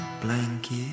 blanket